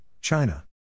China